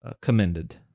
commended